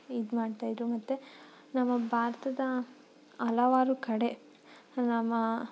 ಇದು ಮಾಡ್ತಾ ಇದ್ದರು ಮತ್ತು ನಮ್ಮ ಭಾರತದ ಹಲವಾರು ಕಡೆ ನಮ್ಮ